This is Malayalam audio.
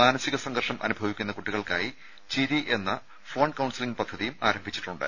മാനസിക സംഘർഷം അനുഭവിക്കുന്ന കുട്ടികൾക്കായി ചിരി എന്ന ഫോൺ കൌൺസലിംഗ് പദ്ധതി ആരംഭിച്ചിട്ടുണ്ട്